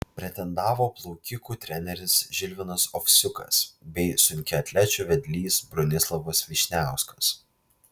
pretendavo plaukikų treneris žilvinas ovsiukas bei sunkiaatlečių vedlys bronislovas vyšniauskas